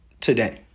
today